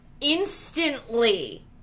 instantly